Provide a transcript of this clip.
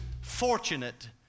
fortunate